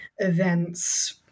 Events